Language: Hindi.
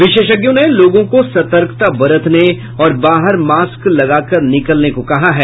विशेषज्ञों ने लोगों को सतर्कता बरतने और बाहर मास्क लगाकर निकलने को कहा है